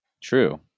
True